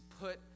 put